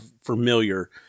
familiar